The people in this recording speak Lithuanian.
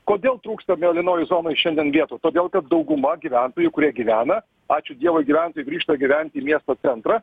kodėl trūksta mėlynojoj zonoj šiandien vietų todėl kad dauguma gyventojų kurie gyvena ačiū dievui gyventojai grįžta gyvent į miesto centrą